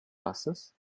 passes